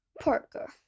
Parker